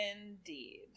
Indeed